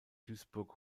duisburg